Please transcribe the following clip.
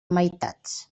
meitats